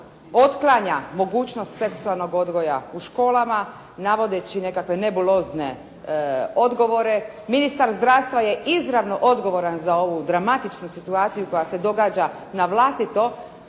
otklanja mogućnost seksualnog odgoja u školama navodeći nekakve nebulozne odgovore. Ministar zdravstva je izravno odgovoran za ovu dramatičnu situaciju koja se događa navlastito